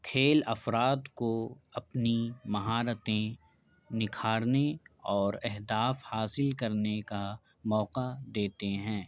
کھیل افراد کو اپنی مہارتیں نکھارنے اور اہداف حاصل کرنے کا موقع دیتے ہیں